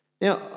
Now